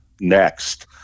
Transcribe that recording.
next